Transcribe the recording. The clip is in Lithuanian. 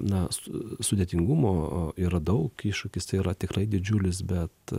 na su sudėtingumo yra daug iššūkis tai yra tikrai didžiulis bet